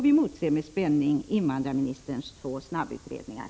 Vi motser med spänning invandrarministerns två snabbutredningar.